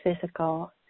physical